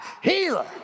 healer